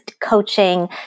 coaching